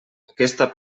aquesta